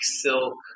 silk